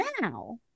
Now